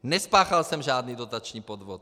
Nespáchal jsem žádný dotační podvod.